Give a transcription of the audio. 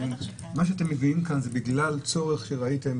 מה שאתם מביאים כאן זה בגלל צורך שראיתים,